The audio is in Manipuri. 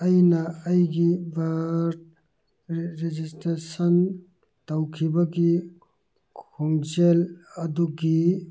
ꯑꯩꯅ ꯑꯩꯒꯤ ꯕꯥꯔꯠ ꯔꯦꯖꯤꯁꯇ꯭ꯔꯦꯁꯟ ꯇꯧꯈꯤꯕꯒꯤ ꯈꯣꯡꯖꯦꯜ ꯑꯗꯨꯒꯤ